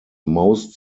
most